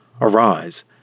Arise